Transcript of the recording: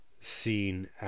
seen